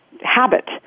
habit